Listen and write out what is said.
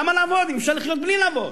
למה לעבוד אם אפשר לחיות בלי לעבוד?